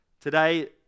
today